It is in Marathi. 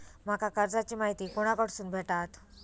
माका कर्जाची माहिती कोणाकडसून भेटात?